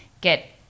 get